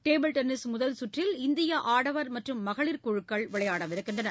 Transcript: table tennis முதல் சுற்றில் இந்திய ஆடவர் மற்றும் மகளிர் குழுக்கள் விளையாடுகின்றனர்